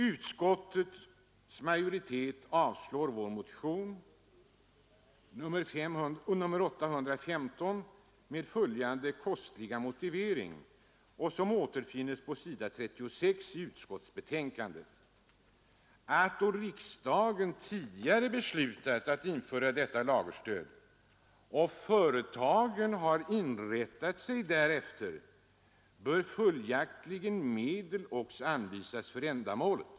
Utskottsmajoriteten avstyrker vår motion 851 med bl.a. följande kostliga motivering som återfinns på s. 36 i utskottsbetänkadet, nämligen att då riksdagen tidigare beslutat att införa detta lagerstöd och företagen har inrättat sig därefter bör följaktligen medel också anvisas för ändamålet.